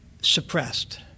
suppressed